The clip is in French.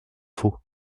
faut